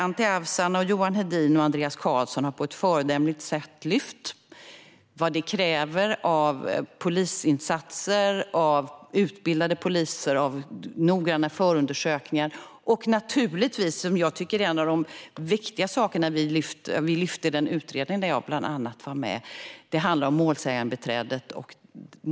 Anti Avsan, Johan Hedin och Andreas Carlson har på ett föredömligt sätt pekat på vad detta kräver i form av polisinsatser, utbildade poliser och noggranna förundersökningar. En av de viktigaste sakerna vi lyfte fram i den utredning där jag var med är detta med målsägandebiträdets roll.